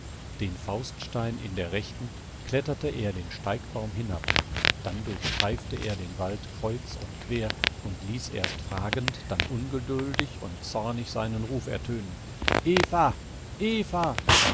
den fauststein in der rechten kletterte er den steigbaum hinab dann durchstreifte er den wald kreuz und quer und ließ erst fragend dann ungeduldig und zornig seinen ruf ertönen eva eva